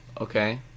Okay